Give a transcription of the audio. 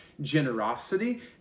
generosity